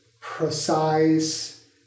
precise